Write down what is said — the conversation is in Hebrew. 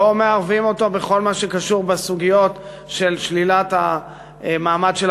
לא מערבים אותו בכל מה שקשור בסוגיות של שלילת המעמד של